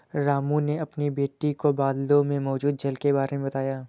रामू ने अपनी बेटी को बादलों में मौजूद जल के बारे में बताया